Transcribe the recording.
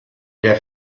der